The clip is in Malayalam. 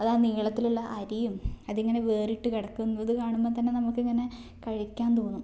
അതാ നീളത്തിലുള്ള അരിയും അതിങ്ങനെ വേറിട്ട് കിടക്കുന്നത് കാണുമ്പോൾ തന്നെ നമുക്കിങ്ങനെ കഴിക്കാൻ തോന്നും